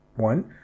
One